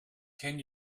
can